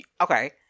okay